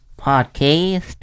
Podcast